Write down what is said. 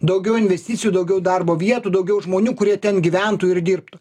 daugiau investicijų daugiau darbo vietų daugiau žmonių kurie ten gyventų ir dirbtų